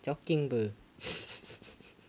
chao keng [pe]